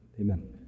Amen